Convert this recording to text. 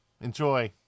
Enjoy